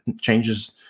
changes